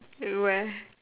where